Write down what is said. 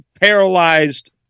paralyzed